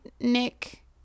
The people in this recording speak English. Nick